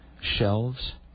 shelves